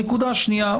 נקודה שנייה,